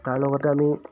তাৰ লগতে আমি